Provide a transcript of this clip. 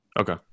Okay